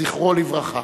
זכרו לברכה.